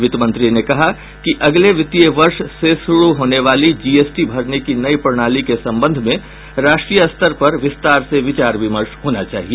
वित्तमंत्री ने कहा कि अगले वित्तीय वर्ष से शुरू होने वाली जीएसटी भरने की नई प्रणाली के संबंध में राष्ट्रीय स्तर पर विस्तार से विचार विमर्श होना चाहिए